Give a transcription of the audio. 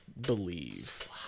believe